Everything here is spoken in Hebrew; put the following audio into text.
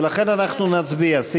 ולכן אנחנו נצביע.